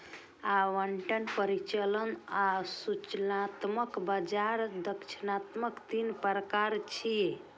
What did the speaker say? आवंटन, परिचालन आ सूचनात्मक बाजार दक्षताक तीन प्रकार छियै